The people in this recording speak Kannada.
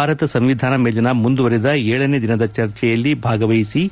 ಭಾರತ ಸಂವಿಧಾನ ಮೇಲಿನ ಮುಂದುವರೆದ ಗನೇ ದಿನದ ಚರ್ಚೆಯಲ್ಲಿ ಭಾಗವಹಿಸಿ